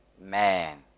Man